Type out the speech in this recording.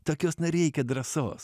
tokios na reikia drąsos